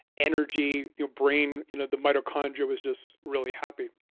energy, your brain, you know the mitochondria was just really happy.